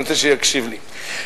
אני רוצה שיקשיב לי,